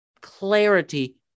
clarity